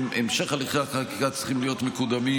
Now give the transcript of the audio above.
המשך הליכי החקיקה צריכים להיות מקודמים,